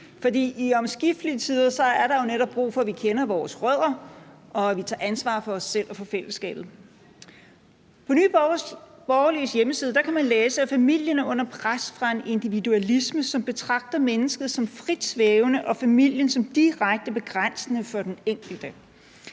For i omskiftelige tider er der jo netop brug for, at vi kender vores rødder, og at vi tager ansvar for os selv og for fællesskabet. På Nye Borgerliges hjemmeside kan man læse, at familien er under pres fra en individualisme, som betragter mennesket som frit svævende og familien som direkte begrænsende for den enkelte.